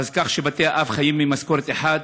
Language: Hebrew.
כך שבתי-האב חיים ממשכורת אחת.